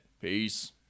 peace